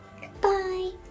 Goodbye